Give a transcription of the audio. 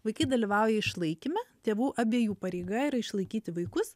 vaikai dalyvauja išlaikyme tėvų abiejų pareiga yra išlaikyti vaikus